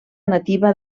nativa